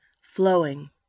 flowing